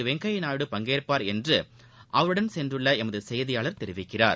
வெங்கையநாயுடு பங்கேற்பார் என்றுஅவருடன் சென்றுள்ளஎமதுசெய்தியாளர் தெரிவிக்கிறார்